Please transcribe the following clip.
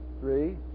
three